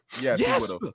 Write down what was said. Yes